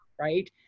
right